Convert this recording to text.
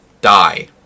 die